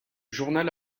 journal